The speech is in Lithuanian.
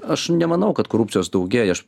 aš nemanau kad korupcijos daugėja aš